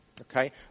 okay